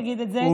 יגיד את זה,